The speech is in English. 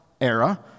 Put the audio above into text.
era